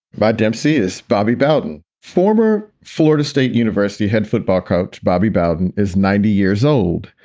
but dempsey is bobby bowden, former florida state university head football coach. bobby bowden is ninety years old.